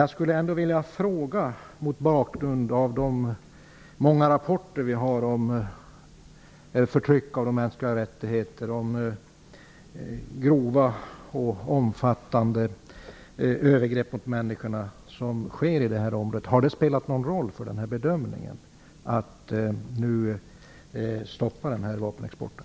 Jag skulle ändå, mot bakgrund av de många rapporter vi får om förtryck av mänskliga rättigheter och om grova och omfattande övergrepp mot människor som sker i detta område, vilja fråga om dessa rapporter har spelat någon roll för bedömningen att vapenexporten till detta område skall stoppas.